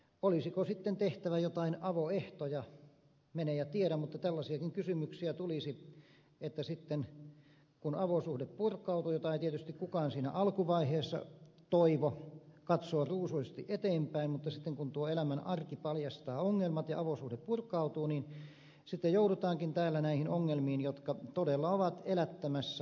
olisiko sitten tehtävä joitain avoehtoja mene ja tiedä mutta tällaisiakin kysymyksiä tulisi että sitten kun avosuhde purkautuu mitä ei tietysti kukaan siinä alkuvaiheessa toivo vaan katsoo ruusuisesti eteenpäin sitten kun tuo elämän arki paljastaa ongelmat ja avosuhde purkautuu niin sitten joudutaankin täällä näihin ongelmiin jotka todella ovat elättämässä asianajajia